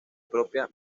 propia